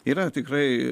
yra tikrai